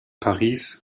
paris